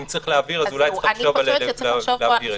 ואם צריך להבהיר, אולי צריך לחשוב להבהיר את זה.